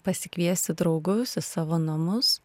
pasikviesti draugus į savo namus